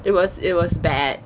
it was it was bad